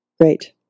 Great